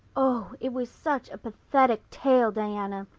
oh, it was such a pathetic tale, diana.